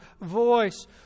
voice